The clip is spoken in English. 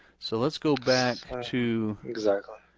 so let's go back to exactly.